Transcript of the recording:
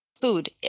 food